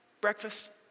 breakfast